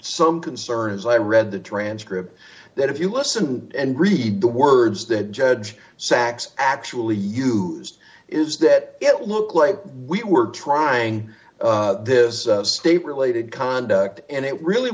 some concern as i read the transcript that if you listen and read the words that judge sax actually used is that it looked like we were trying this state related conduct and it really